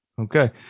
Okay